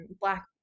black